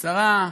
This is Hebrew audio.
השרה,